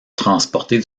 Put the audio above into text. transporter